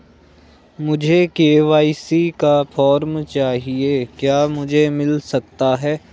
मुझे के.वाई.सी का फॉर्म चाहिए क्या मुझे मिल सकता है?